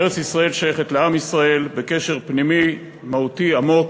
ארץ-ישראל שייכת לעם ישראל בקשר פנימי מהותי עמוק,